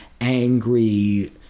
angry